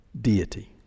deity